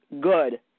good